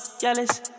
jealous